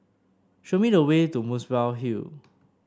show me the way to Muswell Hill